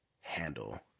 handle